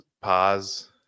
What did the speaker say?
pause